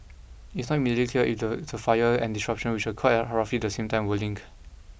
it is not immediately clear if the the fire and the disruption which occurred at roughly the same time were linked